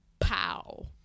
Pow